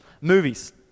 movies